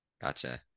Gotcha